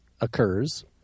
occurs